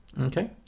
Okay